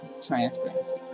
transparency